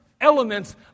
elements